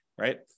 right